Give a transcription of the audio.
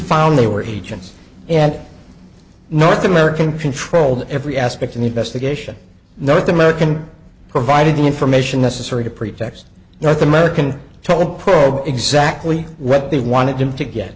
found they were agents and north american controlled every aspect and the best the geisha north american provided the information necessary to pretext north american told paul exactly what they wanted him to get